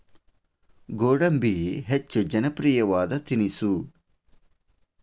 ಗೋಡಂಬಿ ಹೆಚ್ಚ ಜನಪ್ರಿಯವಾದ ತಿನಿಸು